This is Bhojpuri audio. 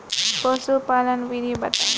पशुपालन विधि बताई?